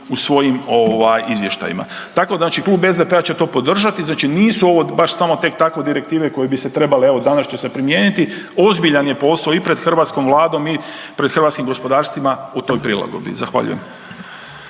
u svojim ovaj izvještajima. Tako znači Klub SDP-a će to podržati znači nisu ovo baš samo tek tako direktive koje bi se trebale evo danas će se primijeniti, ozbiljan je posao i pred hrvatskom Vladom i pred hrvatskim gospodarstvima u toj prilagodbi. Zahvaljujem.